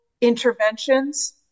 interventions